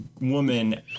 woman